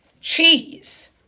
Cheese